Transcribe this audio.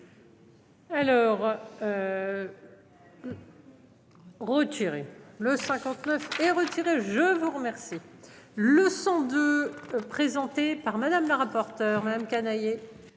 l'heure. Retirer le 59 et retirer je vous remercie. Le sang de présenté par Madame la rapporteure Madame Canayer.